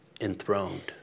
enthroned